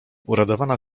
uradowana